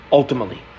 ultimately